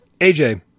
aj